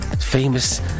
Famous